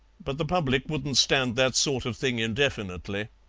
but the public wouldn't stand that sort of thing indefinitely.